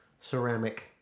ceramic